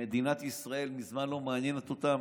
מדינת ישראל מזמן לא מעניינת אותם.